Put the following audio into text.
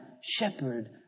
shepherd